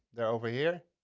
they're over here.